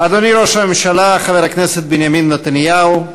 אדוני ראש הממשלה חבר הכנסת בנימין נתניהו,